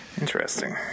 Interesting